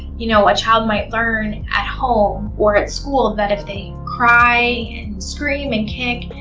you know, a child might learn at home or at school that if they cry and scream and kick,